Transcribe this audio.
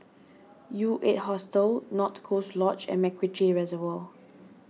U eight Hostel North Coast Lodge and MacRitchie Reservoir